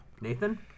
Nathan